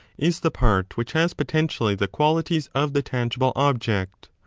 is the part which has potentially the qualities of the tangible object.